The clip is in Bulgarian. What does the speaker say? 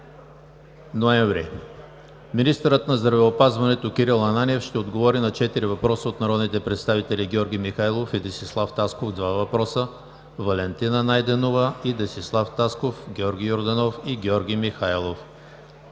Министърът на здравеопазването Кирил Ананиев ще отговори на четири въпроса от народните представители Георги Михайлов и Десислав Тасков – два въпроса; Валентина Найденова и Десислав Тасков; Георги Йорданов и Георги Михайлов.